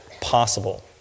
possible